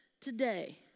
today